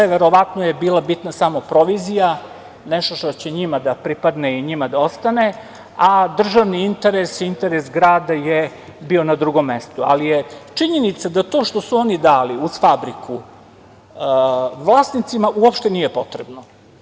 Verovatno je bila bitna samo provizija, nešto što će njima da pripadne i njima da ostane, a državni interes i interes grada je bio na drugom mestu, ali je činjenica da to što su oni dali uz fabriku vlasnicima uopšte nije potrebno.